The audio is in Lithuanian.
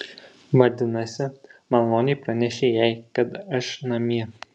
vadinasi maloniai pranešei jai kad aš namie